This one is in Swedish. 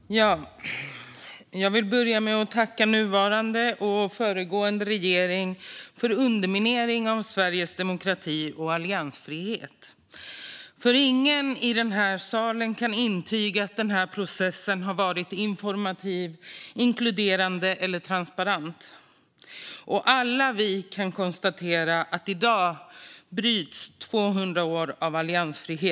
Fru talman! Jag vill börja med att tacka nuvarande och föregående regering för underminering av Sveriges demokrati och alliansfrihet. Ingen i denna sal kan nämligen intyga att denna process har varit informativ, inkluderande eller transparent. Alla vi kan konstatera att i dag bryts 200 år av alliansfrihet.